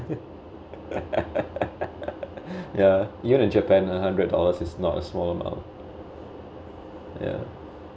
ya even in japan a hundred dollars is not a small amount ya